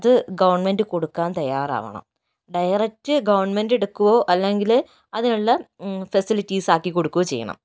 അത് ഗവൺമെന്റ് കൊടുക്കാൻ തയ്യാറാവണം ഡയറക്റ്റ് ഗവൺമെന്റ് എടുക്കുകയോ അല്ലെങ്കിൽ അതിനുള്ള ഫെസിലിറ്റിസ് ആക്കികൊടുക്കുകയോ ചെയ്യണം